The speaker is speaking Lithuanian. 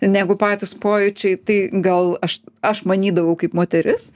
negu patys pojūčiai tai gal aš aš manydavau kaip moteris